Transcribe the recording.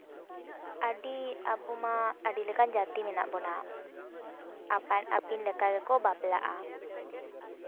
ᱟᱹᱰᱤ ᱟᱵᱚ ᱢᱟ ᱟᱹᱰᱤ ᱞᱮᱠᱟᱱ ᱡᱟᱹᱛᱤ ᱢᱮᱱᱟᱜ ᱵᱚᱱᱟ ᱟᱯᱟᱱ ᱟᱹᱯᱤᱱ ᱞᱮᱠᱟ ᱜᱮᱠᱚ ᱵᱟᱯᱞᱟᱜᱼᱟ